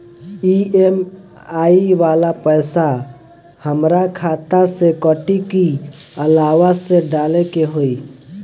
EMI वाला पैसा हाम्रा खाता से कटी की अलावा से डाले के होई?